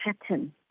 pattern